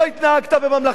לא התנהגת בממלכתיות.